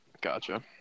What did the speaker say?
gotcha